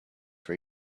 for